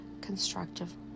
constructive